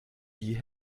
die